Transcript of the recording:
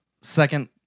second